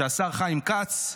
שהשר חיים כץ,